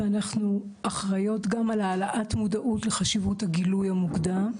אנחנו אחראיות גם לעלות את המודעות לחשיבות הגילוי המוקדם,